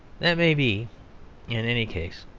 that may be in any case,